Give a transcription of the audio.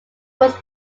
was